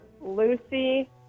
Lucy